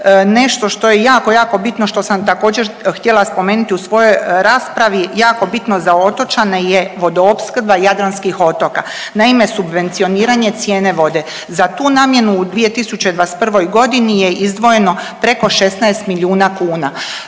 nešto što je jako, jako bitno što sam također htjela spomenuti u svojoj raspravi jako bitno za otočane je vodoopskrba jadranskih otok naime subvencioniranje cijene vode. Za tu namjenu u 2021.g. je izdvojeno preko 16 milijuna kuna,